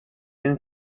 been